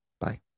bye